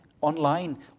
online